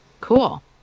Cool